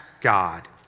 God